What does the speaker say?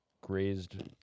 grazed